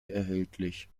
erhältlich